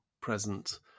present